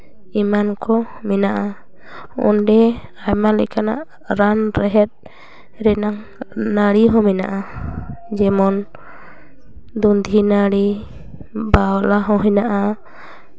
ᱮᱢᱟᱱ ᱠᱚ ᱢᱮᱱᱟᱜᱼᱟ ᱚᱰᱮ ᱟᱭᱢᱟ ᱞᱮᱠᱟᱱᱟᱜ ᱨᱟᱱ ᱨᱮᱦᱮᱫ ᱨᱮᱱᱟᱜ ᱱᱟᱹᱲᱤ ᱦᱚᱸ ᱢᱮᱱᱟᱜᱼᱟ ᱡᱮᱢᱚᱱ ᱫᱩᱫᱷᱤ ᱱᱟᱹᱲᱤ ᱵᱟᱣᱞᱟ ᱦᱚᱸ ᱦᱮᱱᱟᱜᱼᱟ